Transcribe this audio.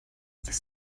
das